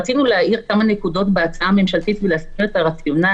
רצינו להעיר כמה נקודות בהצעה הממשלתית ולהסביר את הרציונל.